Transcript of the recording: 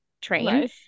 train